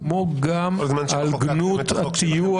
כמו גם על גנות הטיוח.